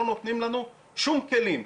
לא נותנים לנו שום כלים,